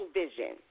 vision